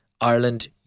Ireland